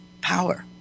power